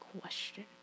question